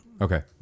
Okay